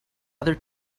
other